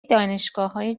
دانشگاههای